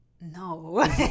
No